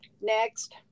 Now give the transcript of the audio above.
next